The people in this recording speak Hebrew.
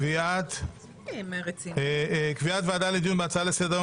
לקביעת וועדה לדיון בהצעה לסדר היום